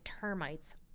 termites